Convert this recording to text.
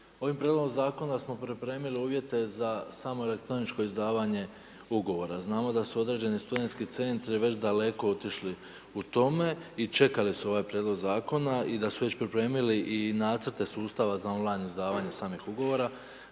Ovim prijedlogom zakona smo pripremili uvjete za samoelektroničko izdavanje ugovora. Znamo da su određeni studentski centri već daleko otišli u tome i čekali su ovaj prijedloga zakona i da su već pripremili i nacrte sustava za on-line izdavanje samih ugovora.